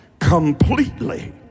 completely